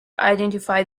identify